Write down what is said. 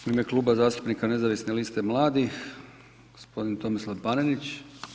U ime Kluba zastupnika Nezavisne liste mladih gospodin Tomislav Panenić.